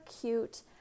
cute